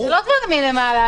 לא דברים מלמעלה.